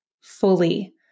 fully